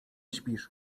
śpisz